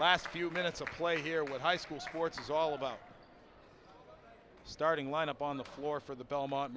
last few minutes of play here with high school sports it's all about starting line up on the floor for the belmont